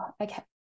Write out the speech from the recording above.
okay